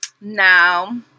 now